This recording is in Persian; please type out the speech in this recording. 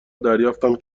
دریافتم